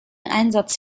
einsatz